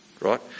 right